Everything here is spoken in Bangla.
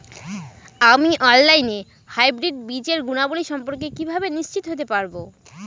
আমি অনলাইনে হাইব্রিড বীজের গুণাবলী সম্পর্কে কিভাবে নিশ্চিত হতে পারব?